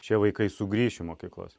šie vaikai sugrįš į mokyklas